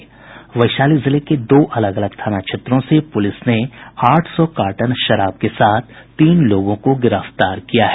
वैशाली जिले के दो अलग अलग थाना क्षेत्रों से पुलिस ने आठ सौ कार्टन विदेशी शराब के साथ तीन लोगों को गिरफ्तार किया है